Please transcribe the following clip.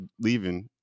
leaving